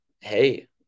hey